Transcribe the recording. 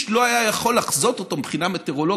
לא יכול היה לחזות אותו מבחינה מטאורולוגית,